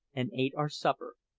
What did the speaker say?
and ate our supper.